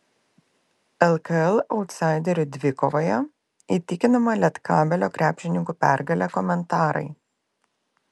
lkl autsaiderių dvikovoje įtikinama lietkabelio krepšininkų pergalė komentarai